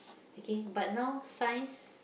okay but now science